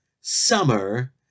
Summer